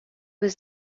was